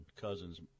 Cousins